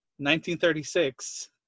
1936